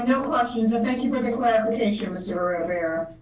you know questions. and thank you for the clarification, mr rivera.